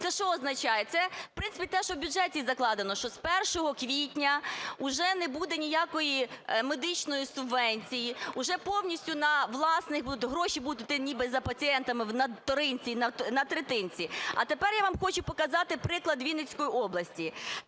Це що означає? Це, в принципі, те, що в бюджеті закладено, що з 1 квітня уже не буде ніякої медичної субвенції, уже повністю на власних будуть, гроші будуть іти ніби за пацієнтами на "вторинці" і на "третинці". А тепер я вам хочу показати приклад Вінницької області.